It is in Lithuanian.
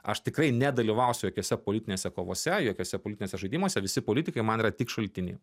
aš tikrai nedalyvausiu jokiose politinėse kovose jokiose politinėse žaidimuose visi politikai man yra tik šaltiniai